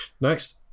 next